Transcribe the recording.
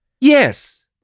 yes